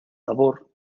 labor